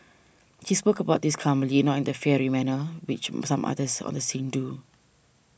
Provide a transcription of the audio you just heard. he spoke about this calmly not in the fiery manner which some others on the scene do